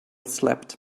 slept